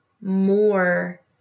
more